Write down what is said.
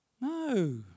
No